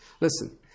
Listen